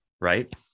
Right